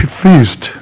feast